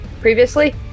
previously